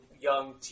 young